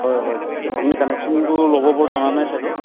হয় হয় আপুনি কানেকশ্যনটো ল'ব জনা নাই চাগে